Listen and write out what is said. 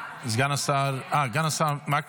סגן השר פה?